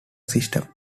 system